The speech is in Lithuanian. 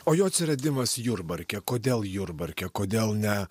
o jo atsiradimas jurbarke kodėl jurbarke kodėl ne